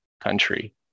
country